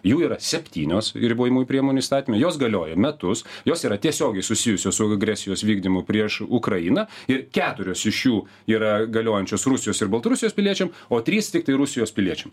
jų yra septynios ribojamųjų priemonių įstatyme jos galioja metus jos yra tiesiogiai susijusios su agresijos vykdymu prieš ukrainą ir keturios iš jų yra galiojančios rusijos ir baltarusijos piliečiam o trys tiktai rusijos piliečiam